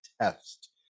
test